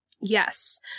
yes